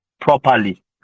properly